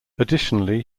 additionally